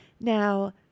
Now